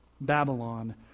Babylon